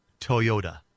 Toyota